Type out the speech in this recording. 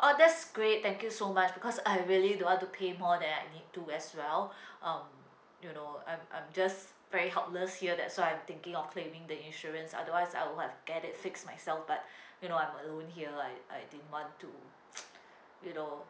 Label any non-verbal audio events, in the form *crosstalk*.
oh that's great thank you so much because I really don't want to pay more than I need to as well um you know I'm I'm just very helpless here that's why I'm thinking of claiming the insurance otherwise I would have get it fixed myself but you know I'm alone here I I didn't want to *noise* you know